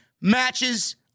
matches